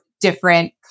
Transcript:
different